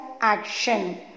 action